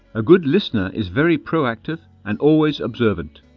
a good listener is very proactive, and always observant.